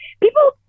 people